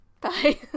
Bye